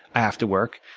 i have to work.